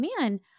man